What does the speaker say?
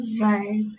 Right